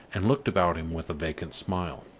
and looked about him with a vacant smile.